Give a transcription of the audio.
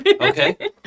Okay